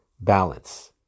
balance